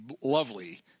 lovely